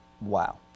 wow